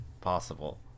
possible